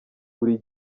buri